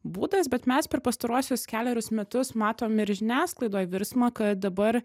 būdas bet mes per pastaruosius kelerius metus matom ir žiniasklaidoje virsmą kad dabar